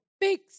big